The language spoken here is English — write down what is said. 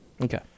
Okay